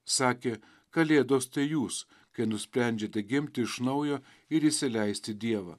sakė kalėdos tai jūs kai nusprendžiate gimti iš naujo ir įsileisti dievą